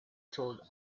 told